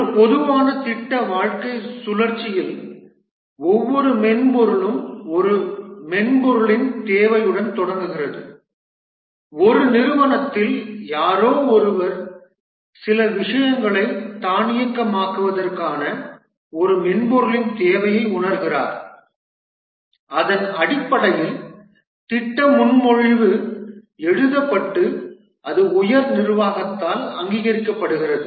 ஒரு பொதுவான திட்ட வாழ்க்கைச் சுழற்சியில் ஒவ்வொரு மென்பொருளும் ஒரு மென்பொருளின் தேவையுடன் தொடங்குகிறது ஒரு நிறுவனத்தில் யாரோ ஒருவர் சில விஷயங்களை தானியக்கமாக்குவதற்கான ஒரு மென்பொருளின் தேவையை உணர்கிறார் அதன் அடிப்படையில் திட்ட முன்மொழிவு எழுதப்பட்டு அது உயர் நிர்வாகத்தால் அங்கீகரிக்கப்படுகிறது